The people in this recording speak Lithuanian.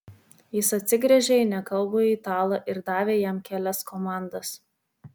jis atsigręžė į nekalbųjį italą ir davė jam kelias komandas